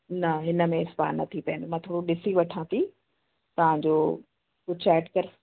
न हिन में स्पा न थी पाईंदो मां थोरो ॾिसी वठां थी तव्हां जो कुझु एड करे